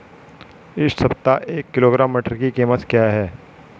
इस सप्ताह एक किलोग्राम मटर की कीमत क्या है?